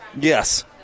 Yes